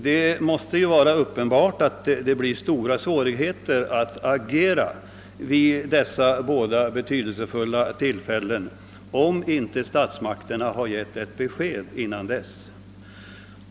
Det blir uppenbarligen stora svårigheter för OS-kommittén att agera vid dessa båda betydelsefulla tillfällen, om inte statsmakterna har givit ett besked dessförinnan.